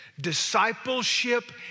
Discipleship